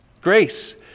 Grace